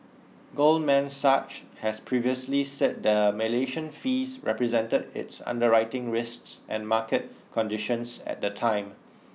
Goldman Sachs has previously said the Malaysia fees represented its underwriting risks and market conditions at the time